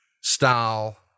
style